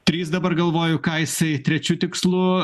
trys dabar galvoju ką jisai trečiu tikslu